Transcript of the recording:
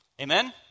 Amen